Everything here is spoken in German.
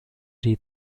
die